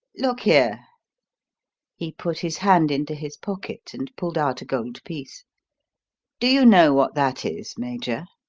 look here he put his hand into his pocket and pulled out a gold piece do you know what that is, major?